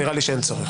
נראה לי שאין צורך.